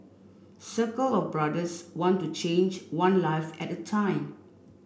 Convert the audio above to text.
circle of brothers want to change one life at time